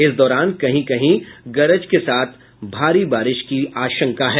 इस दौरान कहीं कहीं गरज के साथ भारी बारिश हो सकती है